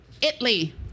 Italy